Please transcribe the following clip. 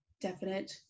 definite